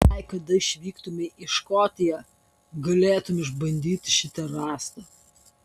jei kada atvyktumei į škotiją galėtumei išbandyti šitą rąstą